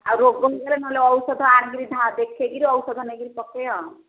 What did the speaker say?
ଆଉ ରୋଗରେ ନହେଲେ ଔଷଧ ଆଣିକରି ଦେଖେଇକରି ଔଷଧ ନେଇକିରି ପକେଇବା